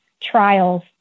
trials